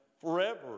forever